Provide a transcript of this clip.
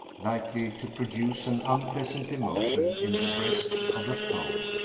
likely to produce an unpleasant emotion in the breast of a foe,